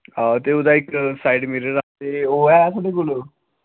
हां ते ओह्दा इक साइड मिरर ते ओह् ऐ तुआढ़े कोल